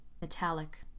Metallic